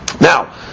Now